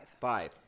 Five